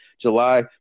july